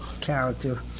character